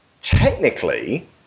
technically